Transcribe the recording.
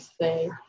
say